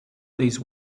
these